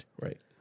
Right